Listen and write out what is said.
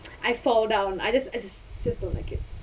I fall down I just I just just don't like it